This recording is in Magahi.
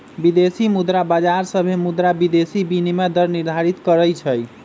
विदेशी मुद्रा बाजार सभे मुद्रा विदेशी विनिमय दर निर्धारित करई छई